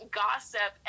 gossip